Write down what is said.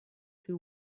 who